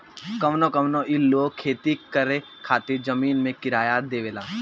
कहवो कहवो ई लोग खेती करे खातिर जमीन के किराया देवेला